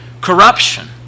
corruption